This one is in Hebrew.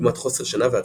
דוגמת חוסר שינה ועצבנות.